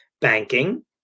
Banking